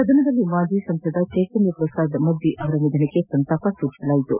ಸದನದಲ್ಲಿ ಮಾಜಿ ಸಂಸದ ಚೈತನ್ಯ ಪ್ರಸಾದ್ ಮಜ್ಜಿ ಅವರ ನಿಧನಕ್ಕೆ ಸಂತಾಪ ಸೂಚಿಸಲಾಯಿತು